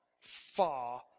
far